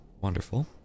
Wonderful